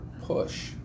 push